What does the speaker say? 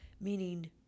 meaning